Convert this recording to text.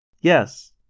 Yes